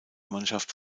mannschaft